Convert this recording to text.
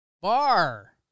Bar